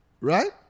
right